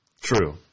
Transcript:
True